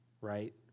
right